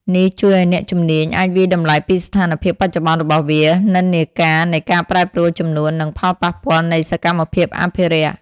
នេះជួយឲ្យអ្នកជំនាញអាចវាយតម្លៃពីស្ថានភាពបច្ចុប្បន្នរបស់វា និន្នាការនៃការប្រែប្រួលចំនួន និងផលប៉ះពាល់នៃសកម្មភាពអភិរក្ស។